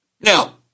Now